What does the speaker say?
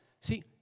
see